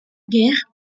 guerre